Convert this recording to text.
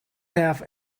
have